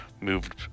moved